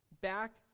back